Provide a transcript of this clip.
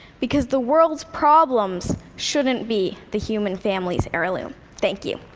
because the world's problems shouldn't be the human family's heirloom. thank you.